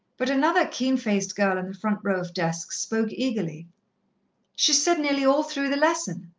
but another keen-faced girl in the front row of desks spoke eagerly she's said nearly all through the lesson,